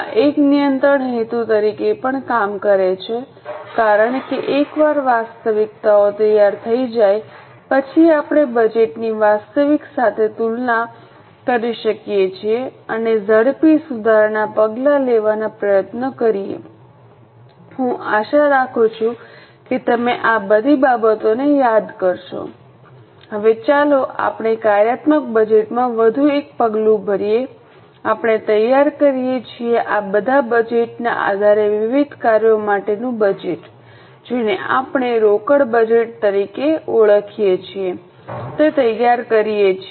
આ એક નિયંત્રણ હેતુ તરીકે પણ કામ કરે છે કારણ કે એકવાર વાસ્તવિકતાઓ તૈયાર થઈ જાય પછી આપણે બજેટની વાસ્તવિક સાથે તુલના કરીએ અને ઝડપી સુધારાત્મક પગલાં લેવાનો પ્રયત્ન કરીએ હું આશા રાખું છું કે તમે આ બધી બાબતોને યાદ કરશો હવે ચાલો આપણે કાર્યાત્મક બજેટમાં વધુ એક પગલું ભરીએ આપણે તૈયાર કરીએ છીએ આ બધા બજેટના આધારે વિવિધ કાર્યો માટેનું બજેટ જેને આપણે રોકડ બજેટ તરીકે ઓળખાય છે તે તૈયાર કરીએ છીએ